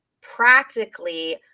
practically